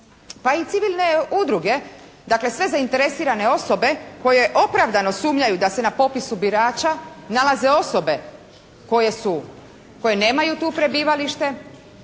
pa i civilne udruge dakle, sve zainteresirane osobe koje opravdano sumnjaju da se na popisu birača nalaze osobe koje su, koje nemaju tu prebivalište,